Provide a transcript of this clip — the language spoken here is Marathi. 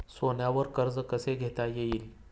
सोन्यावर कर्ज कसे घेता येईल?